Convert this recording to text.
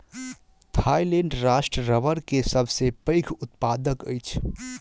Thailand राष्ट्र रबड़ के सबसे पैघ उत्पादक अछि